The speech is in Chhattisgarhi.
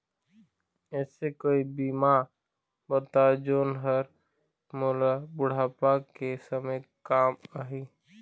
ऐसे कोई बीमा बताव जोन हर मोला बुढ़ापा के समय काम आही?